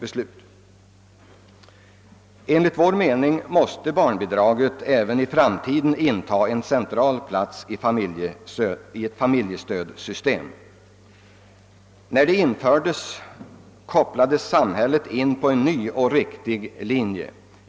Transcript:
Enligt vår mening måste barnbidraget även i framtiden inta en central plats i ett familjestödssystem. När det ta bidrag infördes kopplade samhället in på en ny och riktig linje.